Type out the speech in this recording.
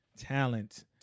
Talent